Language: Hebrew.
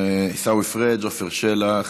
עיסאווי פריג'; עפר שלח,